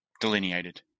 delineated